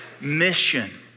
mission